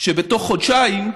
שבתוך חודשיים,